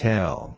Tell